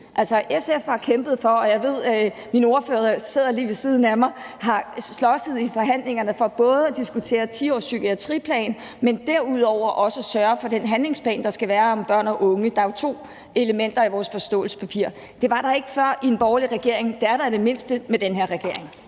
og nu sidder vores ordfører på området lige ved siden af mig – i forhold til at diskutere en 10-årspsykiatriplan, men derudover også i forhold til at sørge for den handlingsplan, der skal være om børn og unge. Der er jo to elementer i vores forståelsespapir. Det var der ikke før med den borgerlige regering – det er der i det mindste med den her regering.